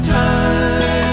time